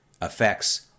affects